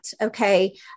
okay